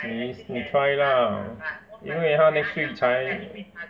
你你 try lah 因为他 next week 才